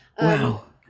wow